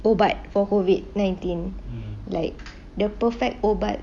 ubat for COVID nineteen like the perfect ubat